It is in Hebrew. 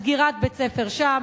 על סגירת בית-ספר שם,